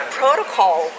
protocol